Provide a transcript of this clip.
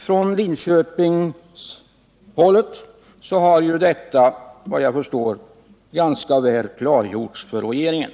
Det har såvitt jag förstår från Linköpingshåll ganska väl klargjorts för regeringen.